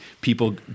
people